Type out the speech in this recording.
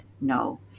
no